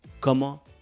Comment